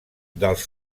dels